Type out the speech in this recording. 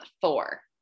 four